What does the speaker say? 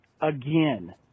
again